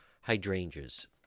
hydrangeas